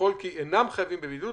וכי אינם חייבים בבידוד.